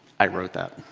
i wrote that.